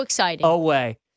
away